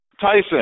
Tyson